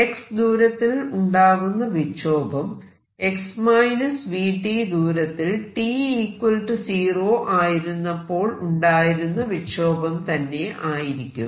x ദൂരത്തിൽ ഉണ്ടാകുന്ന വിക്ഷോഭം x vt ദൂരത്തിൽ t 0 ആയിരുന്നപ്പോൾ ഉണ്ടായിരുന്ന വിക്ഷോഭം തന്നെ ആയിരിക്കും